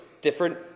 different